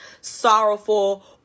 sorrowful